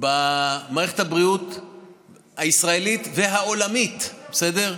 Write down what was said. במערכת הבריאות הישראלית, והעולמית, בסדר?